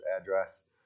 address